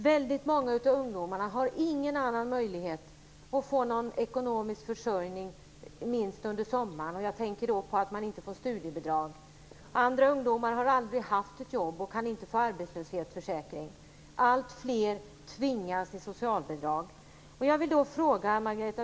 Väldigt många av ungdomarna har ingen annan möjlighet att få någon ekonomisk försörjning under sommaren - jag tänker på att man inte får studiebidrag.